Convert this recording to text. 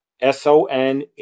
s-o-n